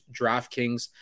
DraftKings